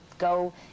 Go